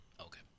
Okay